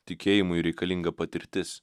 tikėjimui reikalinga patirtis